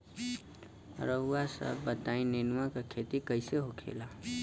रउआ सभ बताई नेनुआ क खेती कईसे होखेला?